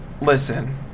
listen